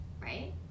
right